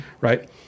Right